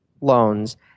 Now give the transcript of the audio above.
loans